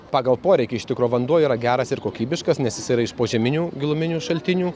pagal poreikį iš tikro vanduo yra geras ir kokybiškas nes jis yra iš požeminių giluminių šaltinių